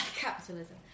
Capitalism